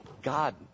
God